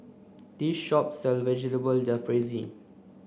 this shop sells Vegetable Jalfrezi